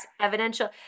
evidential